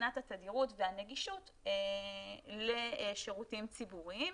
מבחינת התדירות והנגישות לשירותים ציבוריים.